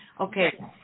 Okay